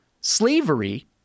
slavery